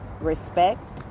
respect